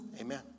Amen